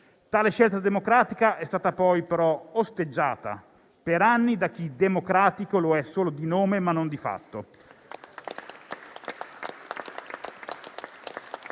Tale scelta democratica è stata poi osteggiata per anni da chi è democratico solo di nome, ma non di fatto